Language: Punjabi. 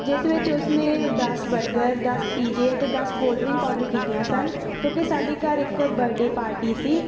ਜਿਸ ਵਿੱਚ ਉਸ ਨੇ ਦਸ ਬਰਗਰ ਦਸ ਪੀਜ਼ੇ ਅਤੇ ਦਸ ਕੋਲਡ ਡਰਿੰਕ ਅੋਡਰ ਕੀਤੀਆਂ ਸਨ ਕਿਉਂਕਿ ਸਾਡੇ ਘਰ ਇੱਕ ਬਰਡੇ ਪਾਰਟੀ ਸੀ